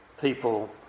people